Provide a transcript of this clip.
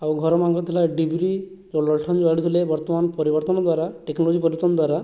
ଆଉ ଘର ମାନଙ୍କ ଥିଲା ଡିବିରି ଓ ଲଣ୍ଠନ ଜାଡ଼ୁଥିଲେ ବର୍ତ୍ତମାନ ପରିବର୍ତ୍ତନ ଦ୍ଵାରା ଟେକନୋଲୋଜି ପରିବର୍ତ୍ତନ ଦ୍ଵାରା